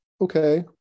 Okay